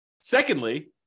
secondly